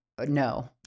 No